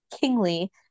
kingly